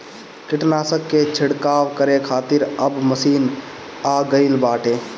कीटनाशक के छिड़काव करे खातिर अब मशीन आ गईल बाटे